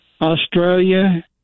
Australia